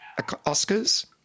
Oscars